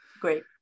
Great